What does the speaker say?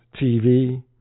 TV